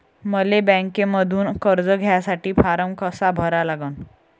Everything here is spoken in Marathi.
मले बँकेमंधून कर्ज घ्यासाठी फारम कसा भरा लागन?